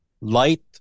light